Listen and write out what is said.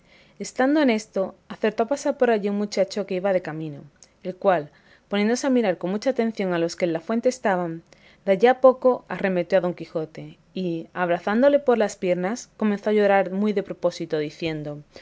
estando en esto acertó a pasar por allí un muchacho que iba de camino el cual poniéndose a mirar con mucha atención a los que en la fuente estaban de allí a poco arremetió a don quijote y abrazándole por las piernas comenzó a llorar muy de propósito diciendo